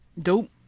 dope